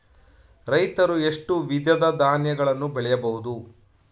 ರೈತರು ಎಷ್ಟು ವಿಧದ ಧಾನ್ಯಗಳನ್ನು ಬೆಳೆಯಬಹುದು?